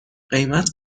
قیمت